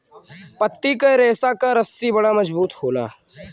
पत्ती के रेशा क रस्सी बड़ा मजबूत होला